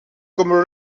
comme